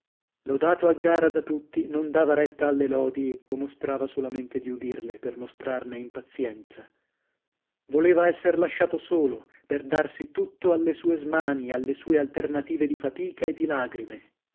pena lodato a gara da tutti non dava retta alle lodi o mostrava solamente di udirle per mostrarne impazienza voleva esser lasciato solo per darsi tutto alle sue smanie alle sue alternative di fatica e di lagrime